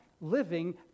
living